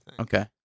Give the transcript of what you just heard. okay